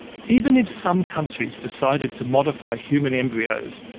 even if some countries decided to modify human embryos,